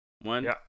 One